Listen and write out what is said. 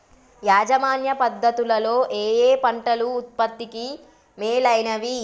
యాజమాన్య పద్ధతు లలో ఏయే పంటలు ఉత్పత్తికి మేలైనవి?